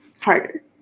harder